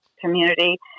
Community